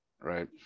right